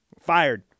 Fired